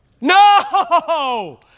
No